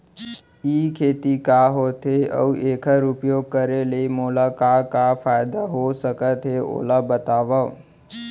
ई खेती का होथे, अऊ एखर उपयोग करे ले मोला का का फायदा हो सकत हे ओला बतावव?